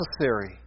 necessary